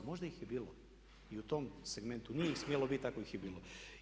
Možda ih je bilo i u tom segmentu nije ih smjelo biti ako ih je bilo.